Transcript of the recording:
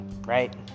right